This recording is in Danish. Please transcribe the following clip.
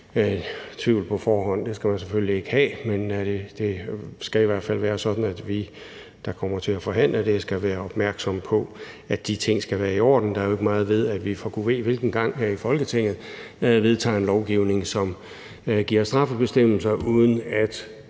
men det skal i hvert fald være sådan, at vi, der kommer til at forhandle det, skal være opmærksomme på, at de ting skal være i orden. Der er jo ikke meget ved, at vi for gud ved hvilken gang her i Folketinget vedtager en lovgivning, som giver straffebestemmelser, uden at